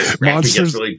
Monsters